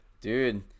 Dude